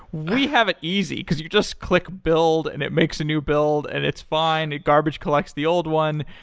we have it easy, because you just click build and it makes a new build and it's fine. it garbage-collects the old one.